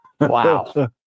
Wow